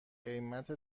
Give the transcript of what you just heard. قیمت